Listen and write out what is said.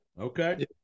okay